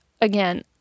again